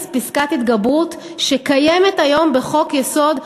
פסקת התגברות שקיימת היום בחוק-יסוד: